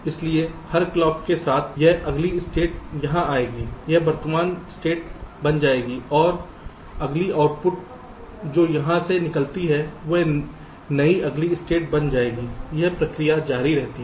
इसलिए हर क्लॉक के साथ यह अगली स्टेट यहां आएगी यह वर्तमान स्थिति बन जाएगी और अगली आउटपुट जो यहां से निकलती है वह नई अगली स्टेट बन जाएगी यह प्रक्रिया जारी है